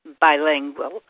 bilingual